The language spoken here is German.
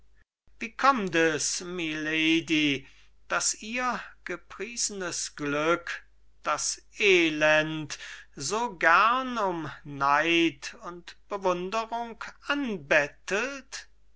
wie kommt es milady daß ihr gepriesenes glück das elend so gern um neid und bewunderung anbettelt